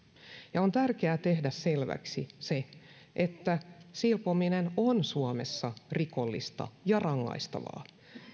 ja on tärkeää tehdä selväksi se että silpominen on suomessa rikollista ja rangaistavaa